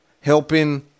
Helping